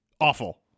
awful